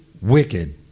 wicked